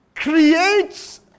Creates